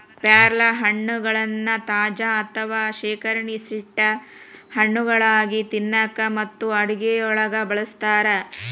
ಪ್ಯಾರಲಹಣ್ಣಗಳನ್ನ ತಾಜಾ ಅಥವಾ ಶೇಖರಿಸಿಟ್ಟ ಹಣ್ಣುಗಳಾಗಿ ತಿನ್ನಾಕ ಮತ್ತು ಅಡುಗೆಯೊಳಗ ಬಳಸ್ತಾರ